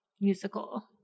musical